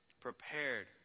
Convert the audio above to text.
prepared